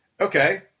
Okay